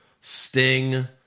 Sting